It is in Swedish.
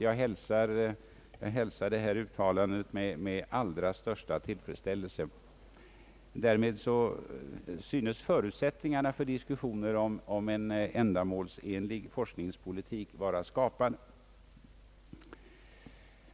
Jag hälsar detta uttalande med allra största tillfredsställelse. Därmed synes förutsättningarna för diskussioner om en ändamålsenlig forskningspolitik vara skapade.